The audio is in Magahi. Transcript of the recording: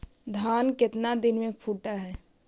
धान केतना दिन में फुट है?